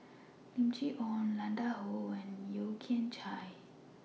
Lim Chee Onn Han Lao DA and Yeo Kian Chai